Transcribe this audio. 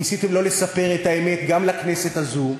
ניסיתם לא לספר את האמת גם לכנסת הזו,